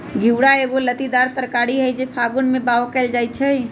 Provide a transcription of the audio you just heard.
घिउरा एगो लत्तीदार तरकारी हई जे फागुन में बाओ कएल जाइ छइ